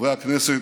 חברי הכנסת,